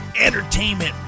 entertainment